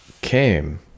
came